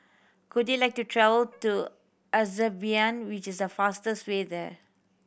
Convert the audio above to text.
could you like to travel to Azerbaijan which is the fastest way there